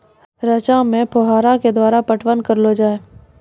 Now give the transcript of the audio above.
रचा मे फोहारा के द्वारा पटवन करऽ लो जाय?